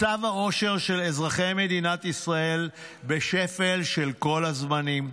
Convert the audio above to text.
מצב האושר של אזרחי מדינת ישראל בשפל של כל הזמנים.